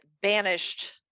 banished